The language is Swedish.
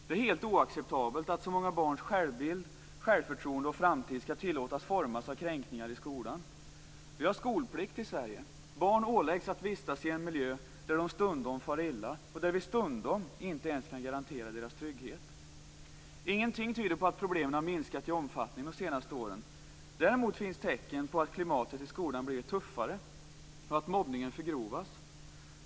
Det är helt oacceptabelt att så många barns självbild, självförtroende och framtid skall tillåtas formas av kränkningar i skolan. Vi har skolplikt i Sverige. Barn åläggs att vistas i en miljö där de stundom far illa och där vi ibland inte ens kan garantera deras trygghet. Ingenting tyder på att problemen har minskat i omfattning de senaste åren. Däremot finns det tecken på att klimatet i skolan har blivit tuffare och på att mobbningen förgrovas.